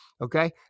okay